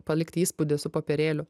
palikti įspūdį su popierėliu